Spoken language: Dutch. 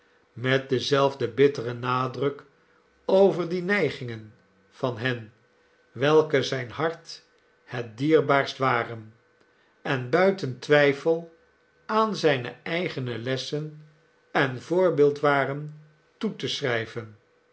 met denzelfden bitteren nadruk over die neigingen van hen welke zijn hart het dierbaarst waren en buiten twijfelaan zijne eigene lessen en voorbeeld waren toe te schrijven